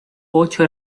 ocho